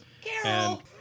Carol